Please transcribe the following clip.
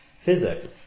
physics